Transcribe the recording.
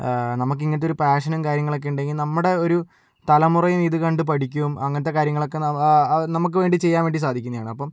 നമുക്കിങ്ങനത്തെ ഒരു പാഷനും കാര്യങ്ങളൊക്കെ ഉണ്ടെങ്കിൽ നമ്മുടെ ഒരു തലമുറയും ഇത് കണ്ടു പഠിക്കും അങ്ങനത്തെ കാര്യങ്ങളൊക്കെ നമുക്കു വേണ്ടി ചെയ്യാൻ വേണ്ടി സാധിക്കുന്നതാണ് അപ്പം